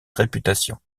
réputation